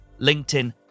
LinkedIn